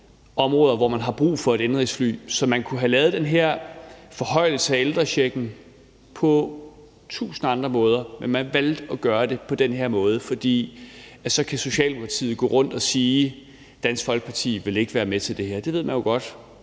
områder, hvor man har brug for et indenrigsfly. Så man kunne have lavet den her forhøjelse af ældrechecken på tusind andre måder, men man valgte at gøre det på den her måde, for så kan Socialdemokratiet gå rundt og sige: Dansk Folkeparti vil ikke være med til det her. Men det ved man jo godt;